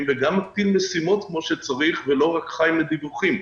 וגם מטיל משימות כפי שצריך ולא רק חי מדיווחים.